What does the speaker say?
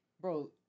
Bro